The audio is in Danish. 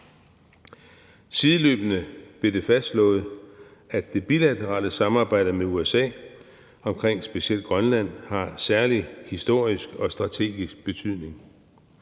Sideløbende blev det fastslået, at det bilaterale samarbejde med USA om specielt Grønland har en særlig historisk og strategisk betydning.